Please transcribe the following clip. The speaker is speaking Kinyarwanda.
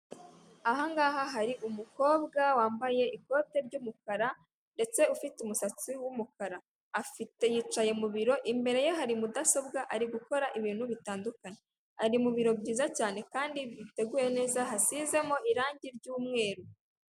Aha ngaha hari umukobwa wambaye ikote ry'umukara ndetse ufite umusatsi w'umukara, yicaye mu biro imbere ye hari mudasobwa ari gukora ibintu bitandukanye, ari mu biro byiza cyane kandi biteguye neza hasizemo irangi ry'umweru.